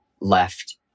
left